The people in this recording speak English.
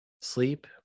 Sleep